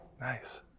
Nice